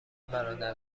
برادر